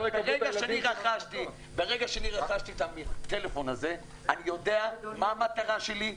ברגע שאני רכשתי את הטלפון הזה אני יודע מה המטרה שלי,